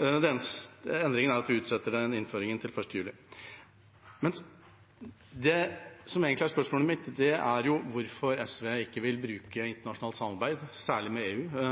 Den eneste endringen er at vi utsetter innføringen til 1. juli. Det som er spørsmålet mitt, er hvorfor SV ikke vil bruke internasjonalt samarbeid, særlig med EU,